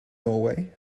norway